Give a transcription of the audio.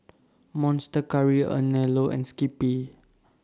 Monster Curry Anello and Skippy